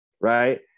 right